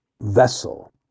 vessel